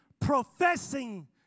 professing